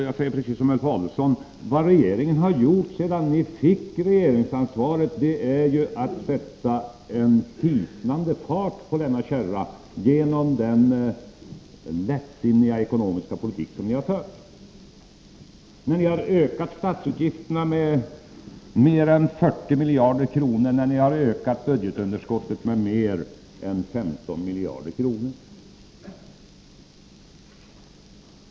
Jag säger precis som Ulf Adelsohn: Vad ni har gjort sedan ni fick regeringsansvaret är att sätta en hisnande fart på denna kärra genom den lättsinniga ekonomiska politik som ni har fört när ni ökat statsutgifterna med mer än 40 miljarder kronor och när ni ökat budgetunderskottet med mer än 15 miljarder kronor.